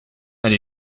elle